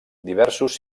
diversos